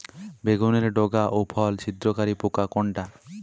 বেগুনের ডগা ও ফল ছিদ্রকারী পোকা কোনটা?